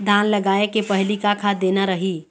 धान लगाय के पहली का खाद देना रही?